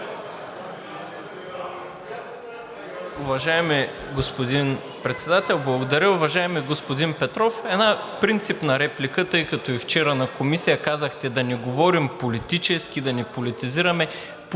Уважаеми господин Председател, благодаря. Уважаеми господин Петров, една принципна реплика, тъй като и вчера в Комисията казахте да не говорим политически, да не политизираме – политици